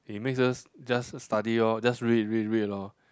he makes us just study orh just read read read lor